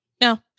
No